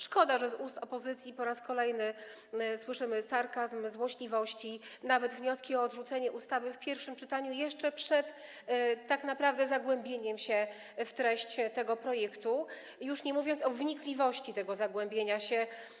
Szkoda, że z ust opozycji po raz kolejny słyszymy sarkazm, złośliwości, a nawet wnioski o odrzucenie ustawy w pierwszym czytaniu, jeszcze tak naprawdę przed zagłębieniem się w treść tego projektu, nie mówiąc już o wnikliwości tego zagłębienia się.